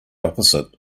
opposite